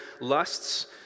lusts